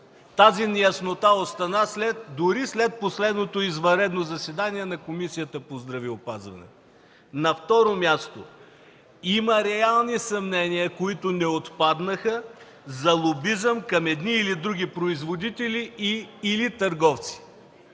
Тази неяснота остана дори след последното извънредно заседание на Комисията по здравеопазването. На второ място – има реални съмнения, които не отпаднаха, за лобизъм към едни или други производители, или търговци.